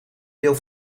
deel